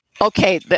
Okay